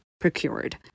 procured